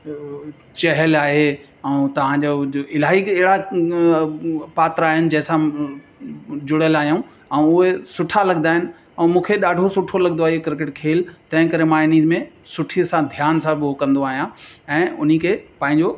चहल आहे ऐं तहांजो इलाही अहिड़ा पात्र आहिनि जंहिंसां जुड़ियल आहियूं ऐं उहे सुठा लॻंदो आहिनि ऐं मूंखे ॾाढो सुठो लॻंदो आहे इहा क्रिकेट खेल तंहिं करे मां इन में सुठी सां ध्यान सां उहो कंदो आहियां ऐं उन खे पंहिंजो